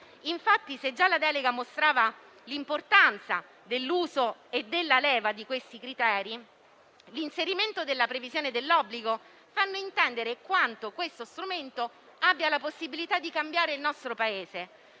Infatti, se già la delega mostrava l'importanza dell'uso e della leva di questi criteri, l'inserimento della previsione dell'obbligo fa intendere quanto questo strumento abbia la possibilità di cambiare il nostro Paese.